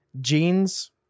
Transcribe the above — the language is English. jeans